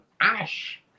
Ash